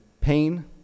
pain